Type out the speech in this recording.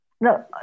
No